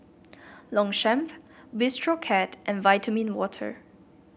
Longchamp Bistro Cat and Vitamin Water